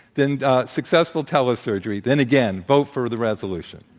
than successful tele-surgery, then again, vote for the resolution.